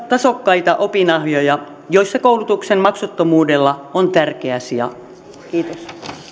tasokkaita opinahjoja joissa koulutuksen maksuttomuudella on tärkeä sija kiitos